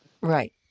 Right